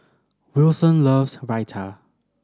Wilson loves Raita